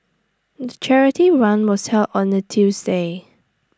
the charity run was held on A Tuesday